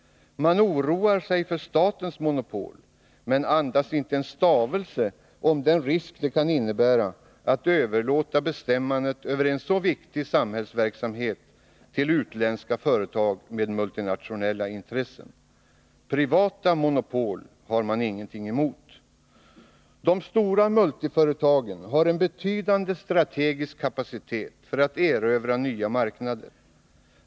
Man oroar sig för statens monopol men andas inte en stavelse om den risk det kan innebära att överlåta bestämmandet över en så viktig samhällsverksamhet till utländska företag med multinationella intressen. Privata monopol har man ingenting emot! De stora multiföretagen har en betydande strategisk kapacitet för att erövra nya marknader.